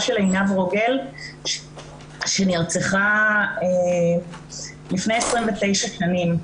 של עינב רוגל שנרצחה לפני 29 שנים.